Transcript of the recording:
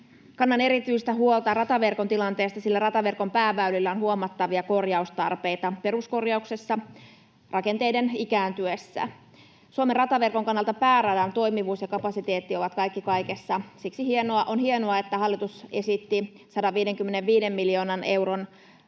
Kannan erityistä huolta rataverkon tilanteesta, sillä rataverkon pääväylillä on huomattavia korjaustarpeita peruskorjauksessa rakenteiden ikääntyessä. Suomen rataverkon kannalta pääradan toimivuus ja kapasiteetti ovat kaikki kaikessa. Siksi on hienoa, että hallitus esitti 155 miljoonan euron rahoitusta